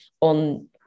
on